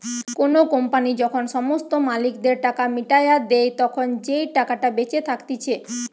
কোনো কোম্পানি যখন সমস্ত মালিকদের টাকা মিটাইয়া দেই, তখন যেই টাকাটা বেঁচে থাকতিছে